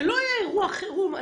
שלא היה אירוע חירום.